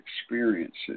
experiences